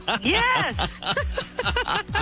Yes